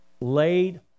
laid